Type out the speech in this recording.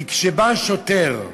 כי כשבא שוטר,